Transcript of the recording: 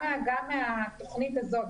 גם מהתוכנית הזאת,